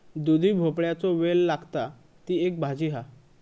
दुधी भोपळ्याचो वेल लागता, ती एक भाजी हा